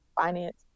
finance